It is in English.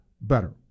better